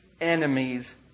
enemies